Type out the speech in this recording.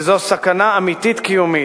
וזו סכנה אמיתית קיומית.